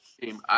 team